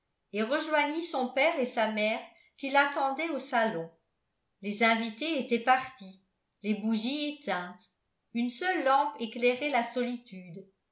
et rejoignit son père et sa mère qui l'attendaient au salon les invités étaient partis les bougies éteintes une seule lampe éclairait la solitude